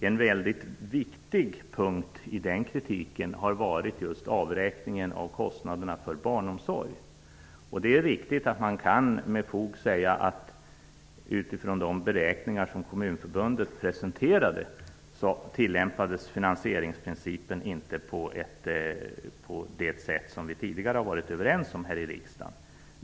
En väldigt viktig punkt i den kritiken har varit avräkningen av kostnaderna för barnomsorg. Man kan med fog säga att finansieringsprincipen, utifrån de beräkningar som Kommunförbundet presenterade, inte tillämpades på det sätt som vi tidigare varit överens om här i riksdagen.